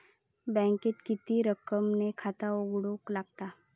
बँकेत किती रक्कम ने खाता उघडूक लागता?